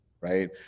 right